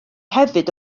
hefyd